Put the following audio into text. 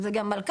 זה גם מלכ"רים,